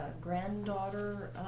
granddaughter